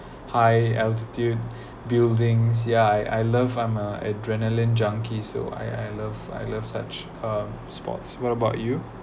high altitude buildings yeah I I love I'm a adrenalin junkie so I I love I love such uh sports what about you